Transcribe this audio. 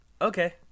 Okay